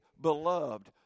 beloved